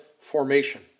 formation